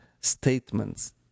statements